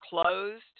closed